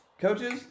Coaches